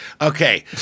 Okay